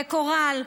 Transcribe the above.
לקורל,